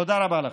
תודה רבה לכם.